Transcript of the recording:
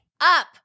up